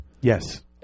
Yes